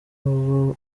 uba